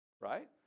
Right